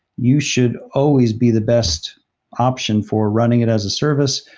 you should always be the best option for running it as a service,